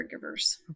caregivers